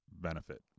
benefit